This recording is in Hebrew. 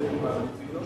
שלו ללמוד לימודי ליבה,